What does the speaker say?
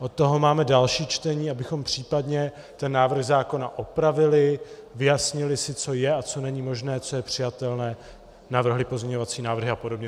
Od toho máme další čtení, abychom případně ten návrh zákona opravili, vyjasnili si, co je a co není možné, co je přijatelné, navrhli pozměňovacími návrhy apod.